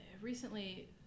recently